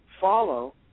follow